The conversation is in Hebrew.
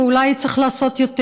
ואולי צריך לעשות יותר.